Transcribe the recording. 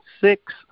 six